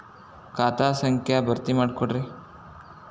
ಖಾತಾ ಸಂಖ್ಯಾ ಭರ್ತಿ ಮಾಡಿಕೊಡ್ರಿ